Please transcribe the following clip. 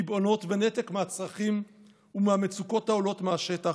קיבעונות ונתק מהצרכים ומהמצוקות העולות מהשטח,